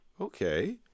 Okay